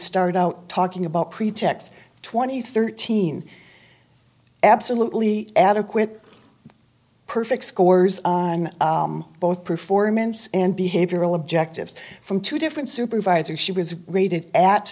start out talking about pretexts twenty thirteen absolutely adequate perfect scores on both performance and behavioral objectives from two different supervisor she was rated at